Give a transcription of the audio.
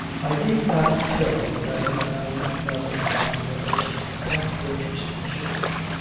i need not tell you that we found nothing after a most conscientious search.